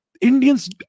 Indians